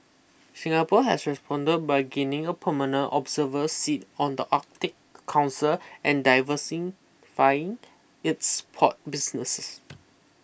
Singapore has responded by gaining a permanent observer seat on the Arctic Council and diversifying its port businesses